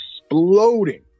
exploding